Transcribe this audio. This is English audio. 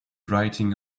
writing